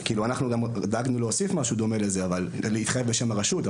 אנחנו דאגנו להוסיף משהו דומה לזה ולהתחייב בשם הרשות,